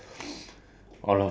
ya it was